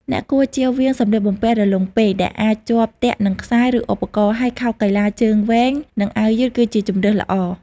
អ្នកគួរជៀសវាងសម្លៀកបំពាក់រលុងពេកដែលអាចជាប់ទាក់នឹងខ្សែ ឬឧបករណ៍ ហើយខោកីឡាជើងវែង និងអាវយឺតគឺជាជម្រើសល្អ។